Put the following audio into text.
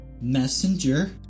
Messenger